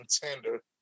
contender